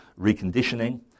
reconditioning